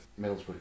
Middlesbrough